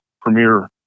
premier